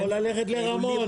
אתה יכול ללכת לרמון.